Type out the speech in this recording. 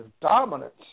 dominance